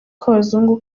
kw’abazungu